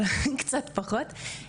קצת פחות,